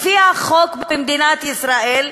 לפי החוק במדינת ישראל,